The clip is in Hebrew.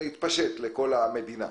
יתפשט לכל המדינה.